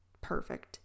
perfect